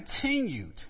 continued